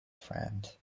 friend